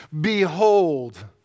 Behold